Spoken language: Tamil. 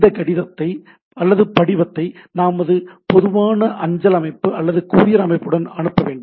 இந்த கடிதத்தைபடிவத்தை நமது பொதுவான அஞ்சல் அமைப்பு அல்லது கூரியர் அமைப்புகளுடன் அனுப்ப வேண்டும்